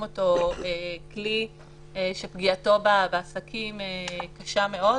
אותו ככלי שפגיעתו בעסקים קשה מאוד.